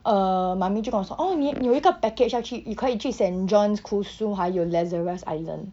uh 妈咪就跟我说 oh 你你有一个 package 要去你可以去 saint john cruise 还有 lazareth island